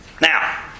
Now